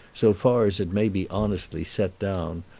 so far as it may be honestly set down,